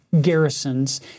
garrisons